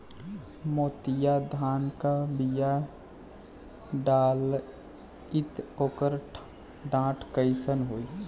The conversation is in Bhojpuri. मोतिया धान क बिया डलाईत ओकर डाठ कइसन होइ?